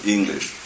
English